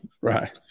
Right